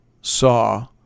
saw